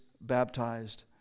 baptized